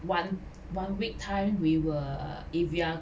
one one week time we will if you are